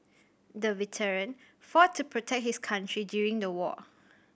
the veteran fought to protect his country during the war